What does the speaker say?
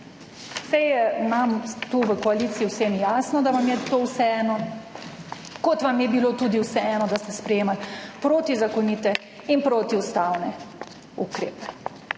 Saj je nam tu, v koaliciji, vsem jasno, da vam je to vseeno, kot vam je bilo tudi vseeno, da ste sprejemali protizakonite in protiustavne ukrepe. Vemo,